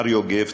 מר יוגב,